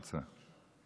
נמצא.